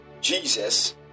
Jesus